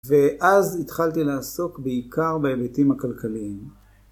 ואז התחלתי לעסוק בעיקר בהיבטים הכלכליים.